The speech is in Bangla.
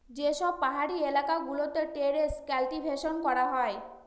যে সব পাহাড়ি এলাকা গুলোতে টেরেস কাল্টিভেশন করা হয়